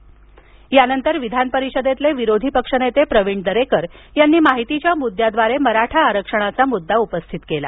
अधिवेशन यानंतर विधान परिषदेतील विरोधी पक्षनेते प्रवीण दरेकर यांनी माहितीचा मुद्याद्वारे मराठा आरक्षणाचा मुद्दा उपस्थित केला